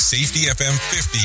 SafetyFM50